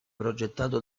progettato